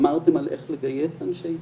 אמרתם על איך לגייס אנשי צוות,